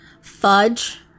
fudge